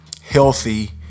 healthy